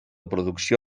producció